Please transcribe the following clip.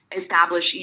establish